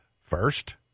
First